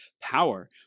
power